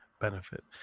benefit